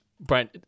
Brian